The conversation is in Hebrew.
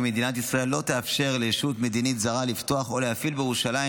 כי מדינת ישראל לא תאפשר לישות מדינית זרה לפתוח או להפעיל בירושלים